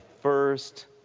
first